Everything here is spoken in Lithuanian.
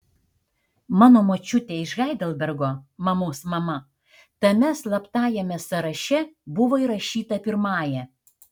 mano močiutė iš heidelbergo mamos mama tame slaptajame sąraše buvo įrašyta pirmąja